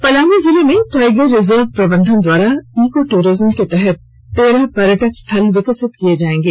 पलामू जिले में tiger reserve प्रबंधन द्वारा इकोटूरिज्म के तहत तेरह पर्यटक स्थल विकसित किए जाएंगे